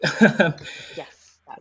yes